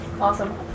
awesome